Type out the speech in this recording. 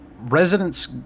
residents